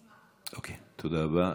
אוקיי, תודה רבה.